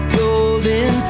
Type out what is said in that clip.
golden